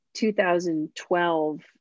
2012